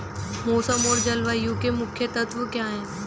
मौसम और जलवायु के मुख्य तत्व क्या हैं?